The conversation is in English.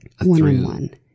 one-on-one